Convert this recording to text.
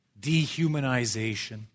dehumanization